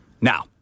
Now